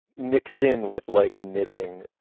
mixed in with like knitting